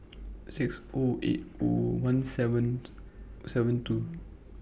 six O eight O one seven seven two